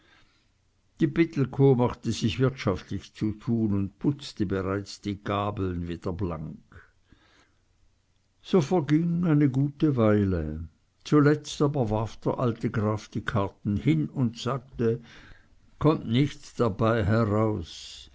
die pittelkow machte sich wirtschaftlich zu tun und putzte bereits die gabeln wieder blank so verging eine gute weile zuletzt aber warf der alte graf die karten hin und sagte kommt nichts dabei heraus